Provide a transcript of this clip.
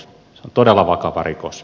se on todella vakava rikos